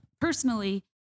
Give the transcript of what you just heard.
personally